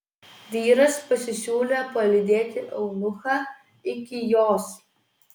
vyras pasisiūlė palydėti eunuchą iki jos